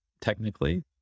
technically